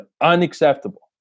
unacceptable